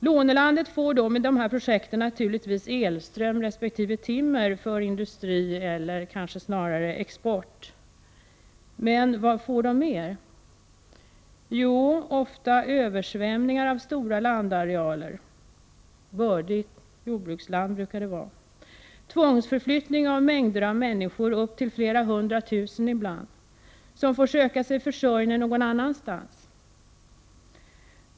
Lånelandet får då med dessa projekt naturligtvis elström resp. timmer för industri eller snarare export, men vad får det mer? Jo, det får ofta översvämningar av stora landarealer, ofta bördigt jordbruksland. Det blir tvångsförflyttning av mängder av människor, ibland flera hundra tusen. Dessa får söka sin försörjning någon annanstans.